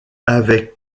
avec